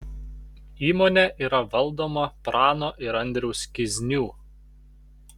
įmonė yra valdoma prano ir andriaus kiznių